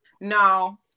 no